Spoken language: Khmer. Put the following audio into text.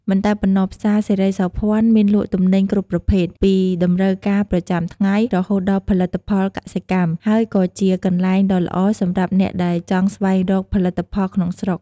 មិនតែប៉ុណ្ណោះផ្សារសិរីសោភ័ណមានលក់ទំនិញគ្រប់ប្រភេទ ពីតម្រូវការប្រចាំថ្ងៃ រហូតដល់ផលិតផលកសិកម្ម ហើយក៏ជាកន្លែងដ៏ល្អសម្រាប់អ្នកដែលចង់ស្វែងរកផលិតផលក្នុងស្រុក។